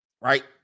Right